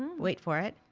wait for it,